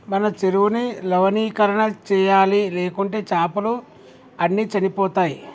మన చెరువుని లవణీకరణ చేయాలి, లేకుంటే చాపలు అన్ని చనిపోతయ్